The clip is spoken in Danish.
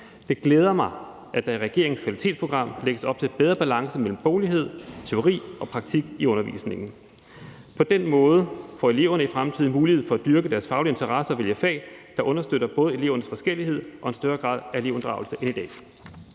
Det glæder mig, at der i regeringens kvalitetsprogram lægges op til en bedre balance mellem boglighed, teori og praktik i undervisningen. På den måde får eleverne i fremtiden mulighed for at dyrke deres faglige interesser og vælge fag, der understøtter både elevernes forskellighed og en større grad af elevinddragelse end i dag.